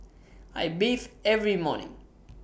I bathe every morning